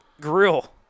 grill